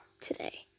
today